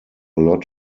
lot